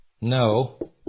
no